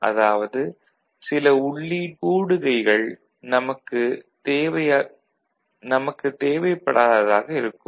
அதாவது சில உள்ளீட்டுக் கூடுகைகள் நமக்குத் தேவைப்படாததாக இருக்கம்